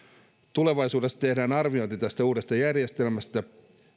tulevaisuudessa tehdään arviointi tästä uudesta järjestelmästä